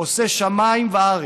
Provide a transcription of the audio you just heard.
עֹשה שמים וארץ.